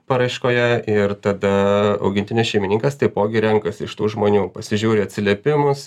paraiškoje ir tada augintinio šeimininkas taipogi renkasi iš tų žmonių pasižiūri atsiliepimus